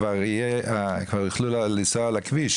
כבר יוכלו לנסוע על הכביש,